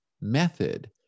method